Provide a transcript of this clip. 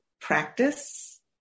practice